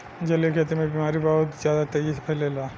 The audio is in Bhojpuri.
जलीय खेती में बीमारी बहुत ज्यादा तेजी से फइलेला